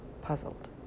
puzzled